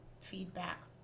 feedback